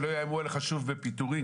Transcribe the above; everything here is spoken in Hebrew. שלא יאיימו עליך שוב בפיטורין,